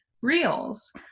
reels